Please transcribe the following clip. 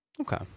Okay